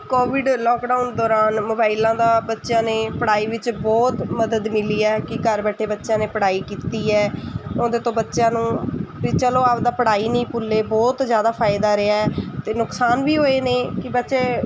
Covid lockdown ਦੌਰਾਨ ਮੋਬਾਈਲਾਂ ਦਾ ਬੱਚਿਆਂ ਨੇ ਪੜ੍ਹਾਈ ਵਿੱਚ ਬਹੁਤ ਮਦਦ ਮਿਲੀ ਹੈ ਕਿ ਘਰ ਬੈਠੇ ਬੱਚਿਆਂ ਨੇ ਪੜ੍ਹਾਈ ਕੀਤੀ ਹੈ ਉਹਦੇ ਤੋਂ ਬੱਚਿਆਂ ਨੂੰ ਵੀ ਚਲੋ ਆਪਦਾ ਪੜ੍ਹਾਈ ਨਹੀਂ ਭੁੱਲੇ ਬਹੁਤ ਜ਼ਿਆਦਾ ਫਾਇਦਾ ਰਿਹਾ ਅਤੇ ਨੁਕਸਾਨ ਵੀ ਹੋਏ ਨੇ ਕਿ ਬੱਚੇ